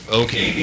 okay